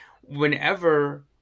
whenever